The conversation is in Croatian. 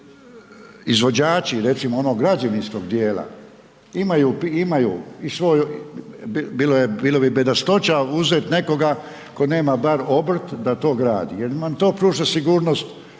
izvođači, recimo onog građevinskog dijela, imaju i svoj, bilo bi bedastoća uzet nekoga tko nema bar obrt da to gradi jer nam to pruža sigurnost